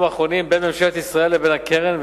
אחרונים בין ממשלת ישראל לבין הקרן,